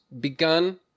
begun